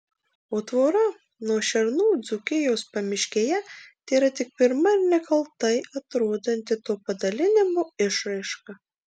o tvora nuo šernų dzūkijos pamiškėje tėra tik pirma ir nekaltai atrodanti to padalinimo išraiška